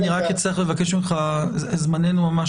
--- אדוני, משפט סיכום, אני ממש